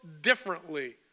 differently